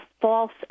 false